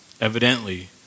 Evidently